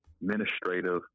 administrative